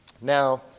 Now